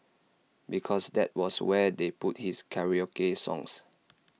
because that was where they put his karaoke songs